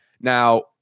Now